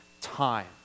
time